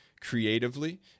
creatively